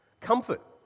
Comfort